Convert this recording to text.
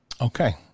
Okay